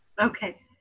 okay